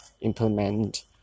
implement